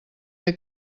que